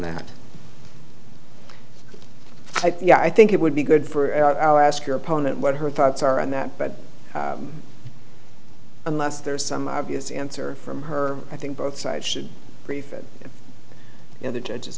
that yeah i think it would be good for our ask your opponent what her thoughts are on that but unless there's some obvious answer from her i think both sides should brief it and the judges